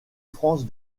france